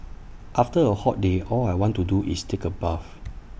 after A hot day all I want to do is take A bath